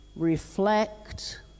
Reflect